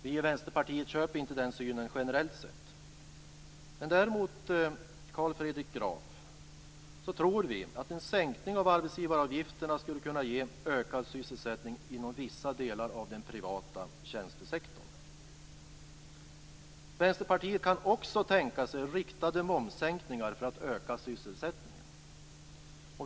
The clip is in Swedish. Vi i Vänsterpartiet köper inte den synen generellt sett. Däremot, Carl Fredrik Graf, tror vi att en sänkning av arbetsgivaravgifterna skulle kunna ge ökad sysselsättning inom vissa delar av den privata tjänstesektorn. Vänsterpartiet kan också tänka sig riktade momssänkningar för att öka sysselsättningen.